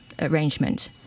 arrangement